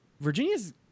virginia's